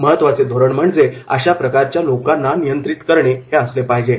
महत्वाचे धोरण म्हणजे अशा प्रकारच्या लोकांना नियंत्रित करणे हे असले पाहिजे